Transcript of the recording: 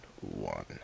one